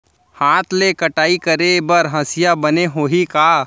हाथ ले कटाई करे बर हसिया बने होही का?